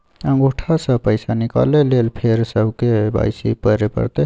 अंगूठा स पैसा निकाले लेल फेर स के.वाई.सी करै परतै?